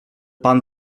pan